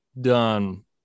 done